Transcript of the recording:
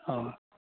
ᱦᱮᱸ